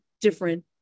different